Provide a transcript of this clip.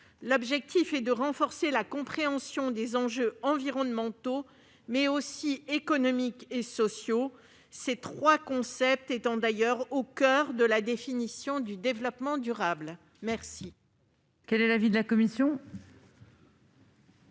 L'objectif est de renforcer la compréhension des enjeux environnementaux mais aussi économiques et sociaux, ces trois notions étant d'ailleurs au coeur de la définition du développement durable. Quel